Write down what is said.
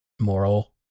moral